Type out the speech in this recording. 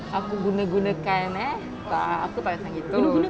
aku guna gunakan eh tak aku tak macam gitu